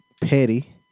Petty